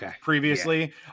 previously